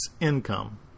income